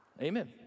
Amen